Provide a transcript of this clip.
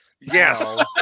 Yes